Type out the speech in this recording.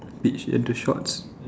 peach and the shorts